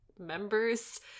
members